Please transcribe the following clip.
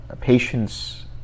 patience